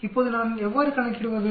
இப்போது நான் எவ்வாறு கணக்கிடுவது